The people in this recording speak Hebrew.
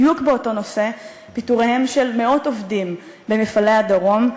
בדיוק באותו נושא: פיטוריהם של מאות עובדים במפעלי הדרום,